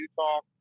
Utah